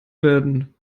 werden